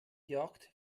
jagd